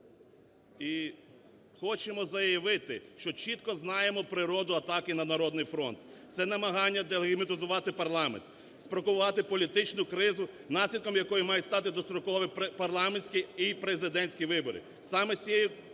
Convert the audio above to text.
І хочемо заявити, що чітко знаємо природу атаки на "Народний фронт" – це намагання делегітимітизувати парламент, спровокувати політичну кризу, наслідком якої має стати дострокові парламентські і президентські вибори. Саме з цією метою